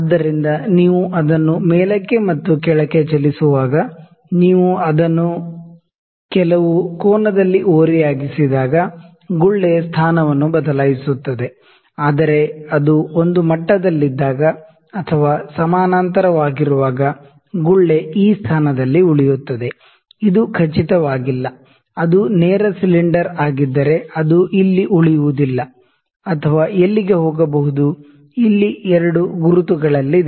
ಆದ್ದರಿಂದ ನೀವು ಅದನ್ನು ಮೇಲಕ್ಕೆ ಮತ್ತು ಕೆಳಕ್ಕೆ ಚಲಿಸುವಾಗ ನೀವು ಅದನ್ನು ಕೆಲವು ಕೋನದಲ್ಲಿ ಓರೆಯಾಗಿಸಿದಾಗ ಗುಳ್ಳೆ ಸ್ಥಾನವನ್ನು ಬದಲಾಯಿಸುತ್ತದೆ ಆದರೆ ಅದು ಒಂದು ಮಟ್ಟದಲ್ಲಿದ್ದಾಗ ಅಥವಾ ಪ್ಯಾರಲ್ಲಲ್ ಆಗಿರುವಾಗ ಗುಳ್ಳೆ ಈ ಸ್ಥಾನದಲ್ಲಿ ಉಳಿಯುತ್ತದೆ ಇದು ಖಚಿತವಾಗಿಲ್ಲ ಅದು ನೇರ ಸಿಲಿಂಡರ್ ಆಗಿದ್ದರೆ ಅದು ಇಲ್ಲಿ ಉಳಿಯುವುದಿಲ್ಲ ಅಥವಾ ಎಲ್ಲಿಗೆ ಹೋಗಬಹುದು ಇಲ್ಲಿ 2 ಗುರುತುಗಳಲ್ಲಿದೆ